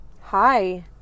Hi